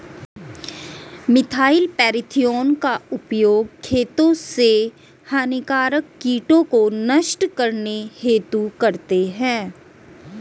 methyl parathion का उपयोग खेतों से हानिकारक कीटों को नष्ट करने हेतु करते है